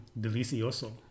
delicioso